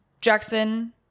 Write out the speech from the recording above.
Jackson